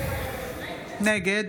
נגד